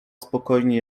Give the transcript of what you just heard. spokojnie